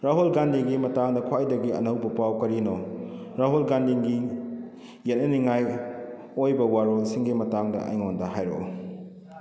ꯔꯥꯍꯨꯜ ꯒꯥꯟꯙꯤꯒꯤ ꯃꯇꯥꯡꯗ ꯈ꯭ꯋꯥꯏꯗꯒꯤ ꯑꯅꯧꯕ ꯄꯥꯎ ꯀꯔꯤꯅꯣ ꯔꯥꯍꯨꯜ ꯒꯥꯟꯙꯤꯒꯤ ꯌꯦꯠꯅꯅꯤꯡꯉꯥꯏ ꯑꯣꯏꯕ ꯋꯥꯔꯣꯜꯁꯤꯡꯒꯤ ꯃꯇꯥꯡꯗ ꯑꯩꯉꯣꯟꯗ ꯍꯥꯏꯔꯛꯑꯣ